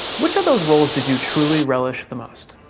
which of those roles did you truly relish the most?